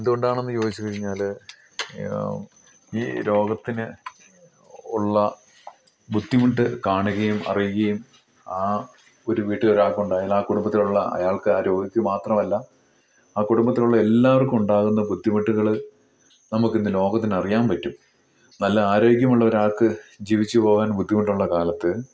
എന്തുകൊണ്ടാണെന്ന് ചോദിച്ച് കഴിഞ്ഞാൽ ഈ രോഗത്തിന് ഉള്ള ബുദ്ധിമുട്ട് കാണുകേം അറിയുകേം ആ ഒരു വീട്ടിൽ ഒരാൾക്ക് ഉണ്ടായതിനാൽ ആ കുടുംബത്തിൽ ഉള്ള ആൾക്കാർ ആ രോഗിക്ക് മാത്രമല്ല ആ കുടുംബത്തിലുള്ള എല്ലാവർക്കും ഉണ്ടാകുന്ന ബുദ്ധിമുട്ടുകൾ നമുക്ക് ഇന്ന് ലോകത്തിന് അറിയാൻ പറ്റും നല്ല ആരോഗ്യമുള്ള ഒരാൾക്ക് ജീവിച്ച് പോകാൻ ബുദ്ധിമുട്ടുള്ള കാലത്ത്